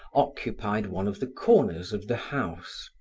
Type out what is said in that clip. occupied one of the corners of the house.